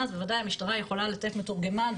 אז וודאי המשטרה יכולה לתת מתורגמן,